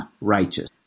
righteous